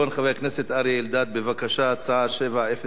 ציון יום צער בעלי-חיים,